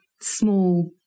small